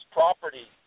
property